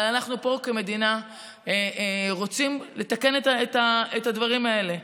אבל אנחנו פה כמדינה רוצים לתקן את הדברים האלה.